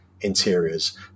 interiors